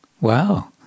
Wow